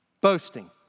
boasting